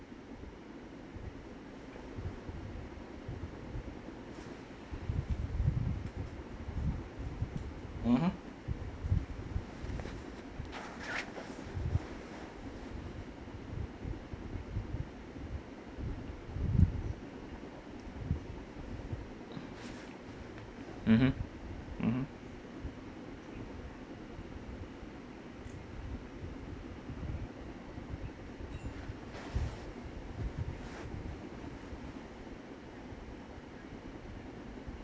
mmhmm mmhmm mmhmm